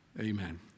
Amen